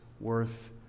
worth